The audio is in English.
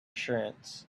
assurance